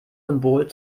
symbol